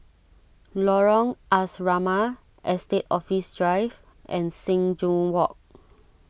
Lorong Asrama Estate Office Drive and Sing Joo Walk